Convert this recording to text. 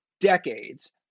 decades